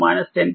05e 10t 0